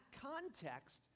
context